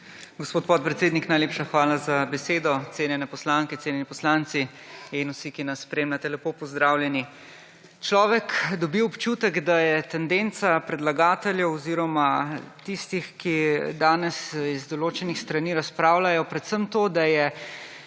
Gospod podpredsednik, najlepša hvala za besedo. Cenjene poslanke, cenjeni poslanci in vsi, ki nas spremljate, lepo pozdravljeni! Človek dobi občutek, da je tendenca predlagateljev oziroma tistih, ki danes z določenih strani razpravljajo, predvsem to, da je